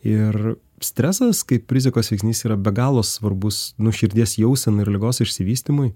ir stresas kaip rizikos veiksnys yra be galo svarbus nu širdies jausenai ir ligos išsivystymui